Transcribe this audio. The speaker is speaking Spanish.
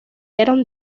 eran